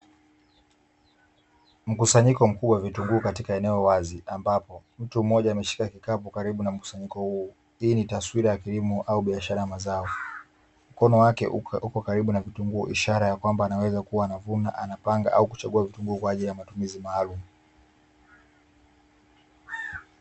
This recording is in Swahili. Mkusanyiko mkubwa wa vitunguu katika eneo la wazi, ambapo mtu mmoja ameshika kikapu karibu na mkusanyiko huu, hii ni taswira ya kilimo au biashara ya mazao. Mkono wake uko karibu na vitunguu ishara ya kwamba anaweza kuwa anavuna, anapanga au kuchagua vitunguu, kwa ajili ya matumizi maalumu.